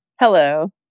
Hello